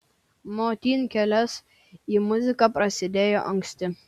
monty kelias į muziką prasidėjo anksti